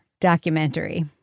documentary